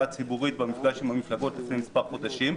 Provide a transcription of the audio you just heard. הציבורית במפגש עם המפלגות לפני מספר חודשים,